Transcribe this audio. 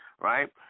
Right